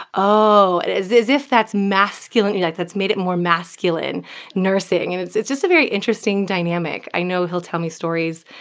oh and as if that's masculine like that's made it more masculine nursing. and it's it's just a very interesting dynamic. i know he'll tell me stories,